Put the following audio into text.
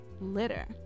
litter